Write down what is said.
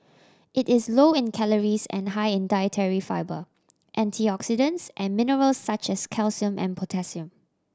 it is low in calories and high in dietary fibre antioxidants and mineral such as calcium and potassium